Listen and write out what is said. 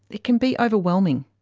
it can be overwhelming.